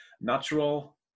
natural